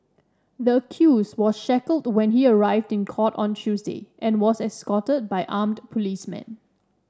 the accused was shackled when he arrived in court on Tuesday and was escorted by armed policemen